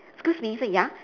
excuse me I said ya